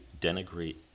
denigrate